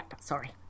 sorry